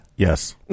Yes